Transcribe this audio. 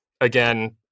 again